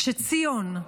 כשציון,